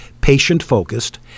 patient-focused